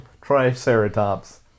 triceratops